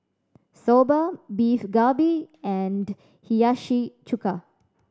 Soba Beef Galbi and Hiyashi Chuka